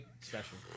Special